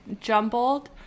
jumbled